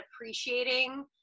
appreciating